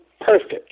perfect